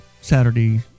Saturday